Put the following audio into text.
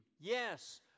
Yes